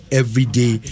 everyday